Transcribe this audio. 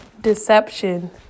deception